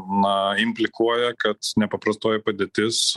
na implikuoja kad nepaprastoji padėtis